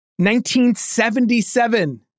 1977